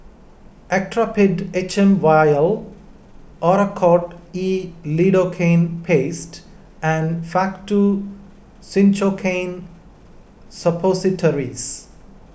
Actrapid H M Vial Oracort E Lidocaine Paste and Faktu Cinchocaine Suppositories